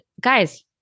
guys